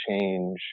change